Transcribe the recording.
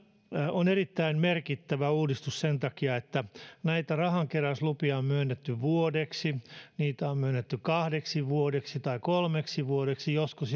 on erittäin merkittävä uudistus sen takia että näitä rahankeräyslupia on myönnetty vuodeksi niitä on myönnetty kahdeksi vuodeksi tai kolmeksi vuodeksi joskus